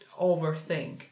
overthink